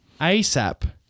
ASAP